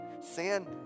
Sin